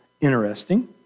interesting